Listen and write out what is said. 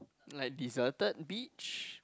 like deserted beach